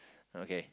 okay